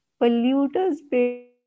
polluters